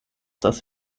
das